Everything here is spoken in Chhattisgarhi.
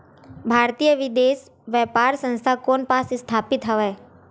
भारतीय विदेश व्यापार संस्था कोन पास स्थापित हवएं?